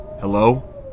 Hello